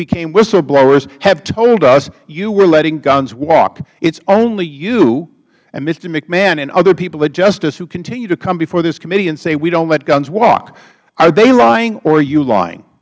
became whistleblowers had told us you were letting guns walk it's only you and mr hmcmahon and other people at justice who continue to come before this committee and say we don't let guns walk are they lying or are you lying